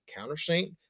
countersink